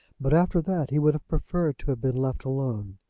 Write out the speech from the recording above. but after that he would have preferred to have been left alone.